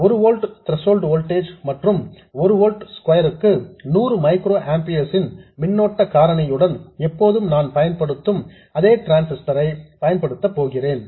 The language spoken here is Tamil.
1 ஓல்ட் திரசோல்டு வோல்டேஜ் மற்றும் ஒரு ஓல்ட் ஸ்கொயர் க்கு 100 மைக்ரோஆம்பியர்ஸ் ன் மின்னோட்ட காரணியுடன் எப்போதும் நான் பயன்படுத்தும் அதே டிரான்சிஸ்டர் ஐ பயன்படுத்தப் போகிறேன்